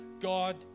God